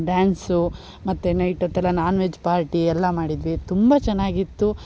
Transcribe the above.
dance ಮತ್ತೆ night ಹೊತ್ತೆಲ್ಲಾ non veg party ಎಲ್ಲ ಮಾಡಿದ್ವಿ ತುಂಬ ಚೆನ್ನಾಗಿತ್ತು